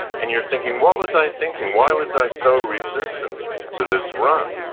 and you're thinking, what was i thinking? why was i so resistant to this run?